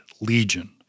legion